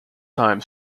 time